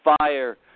fire